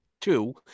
two